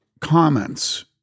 comments